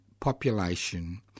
population